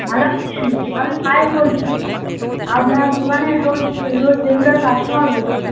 ভালো আছেন আমি পায়েল বলছি আপনার দোকানের রোজ রোজ রেগুলার কাস্টমার বলছি